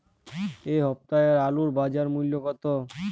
এ সপ্তাহের আলুর বাজার মূল্য কত?